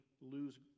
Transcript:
lose